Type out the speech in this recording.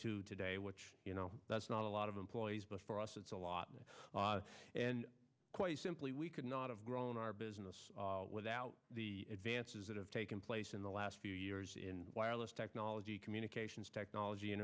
two today which you know that's not a lot of employees but for us it's a lot and quite simply we could not have grown our business without the advances that have taken place in the last few years in wireless technology communications technology and